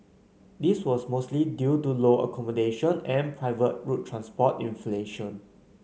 this was mostly due to lower accommodation and private road transport inflation